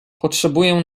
potrzebuję